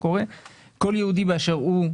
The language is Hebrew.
כל יהודי באשר הוא,